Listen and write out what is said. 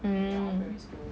mm